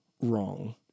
wrong